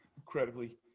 Incredibly